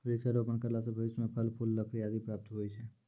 वृक्षारोपण करला से भविष्य मे फल, फूल, लकड़ी आदि प्राप्त हुवै छै